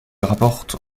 rapporte